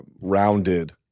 rounded